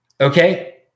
Okay